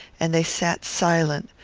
and they sat silent,